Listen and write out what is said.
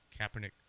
Kaepernick